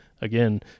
again